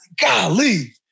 golly